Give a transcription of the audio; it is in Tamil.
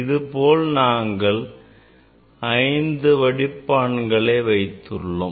இது போல் நாங்கள் 5 வடிப்பான்களை வைத்துள்ளோம்